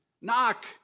Knock